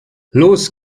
los